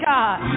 God